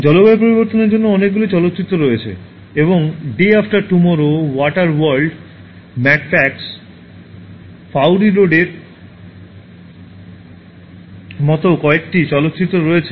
জলবায়ু পরিবর্তনের জন্য অনেকগুলি চলচ্চিত্র রয়েছে এবং Day After Tomorrow Water World Mad Max Fury রোডের Day After Tomorrow Water World Mad Max Fury Road মতো কয়েকটি চলচ্চিত্র রয়েছে